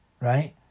right